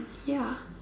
ya